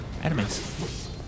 enemies